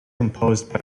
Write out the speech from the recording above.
composed